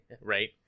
Right